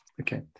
Okay